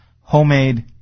homemade